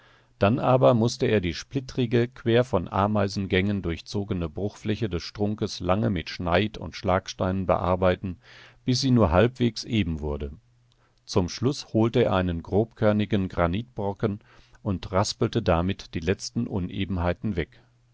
dann aber mußte er die splittrige quer von ameisengängen durchzogene bruchfläche des strunkes lange mit schneid und schlagsteinen bearbeiten bis sie nur halbwegs eben wurde zum schluß holte er einen grobkörnigen granitbrocken und raspelte damit die letzten unebenheiten weg